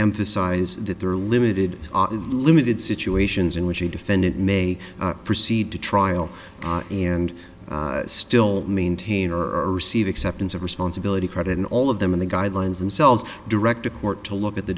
emphasize that there are limited limited situations in which a defendant may proceed to trial and still maintain or receive acceptance of responsibility credit and all of them in the guidelines themselves direct a court to look at the